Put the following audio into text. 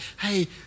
hey